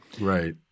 Right